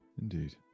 Indeed